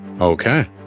okay